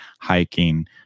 hiking